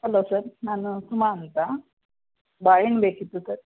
hello sir ನಾನು ಸುಮ ಅಂತ ಬಾಳೆಅಣ್ ಬೇಕಿತ್ತು ಸರ್